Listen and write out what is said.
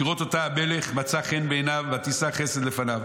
וכראות אותה המלך מצאה חן בעיניו ותישא חסד לפניו.